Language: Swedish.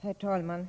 Herr talman!